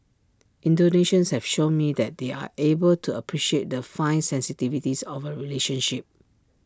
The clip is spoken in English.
Indonesians have shown me that they are able to appreciate the fine sensitivities of A relationship